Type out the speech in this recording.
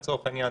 לצורך העניין,